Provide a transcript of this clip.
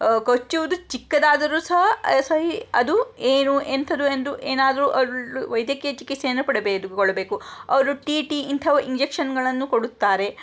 ಕಚ್ಚುವುದು ಚಿಕ್ಕದಾದರೂ ಸಹ ಸೈ ಅದು ಏನು ಎಂಥದ್ದು ಎಂದು ಏನಾದ್ರೂ ವೈದ್ಯಕೀಯ ಚಿಕಿತ್ಸೆಯನ್ನ ಕೊಡಬೇದು ಕೊಳ್ಳಬೇಕು ಅವರು ಟಿ ಟಿ ಇಂಥವು ಇಂಜೆಕ್ಷನ್ಗಳನ್ನು ಕೊಡುತ್ತಾರೆ